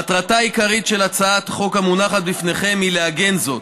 מטרתה העיקרית של הצעת החוק המונחת בפניכם היא לעגן זאת,